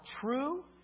true